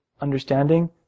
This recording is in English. understanding